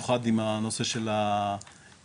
זה לא שהנושא לא טופל או לא